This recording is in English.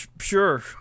Sure